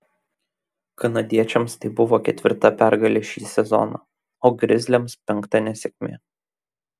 kanadiečiams tai buvo ketvirta pergalė šį sezoną o grizliams penkta nesėkmė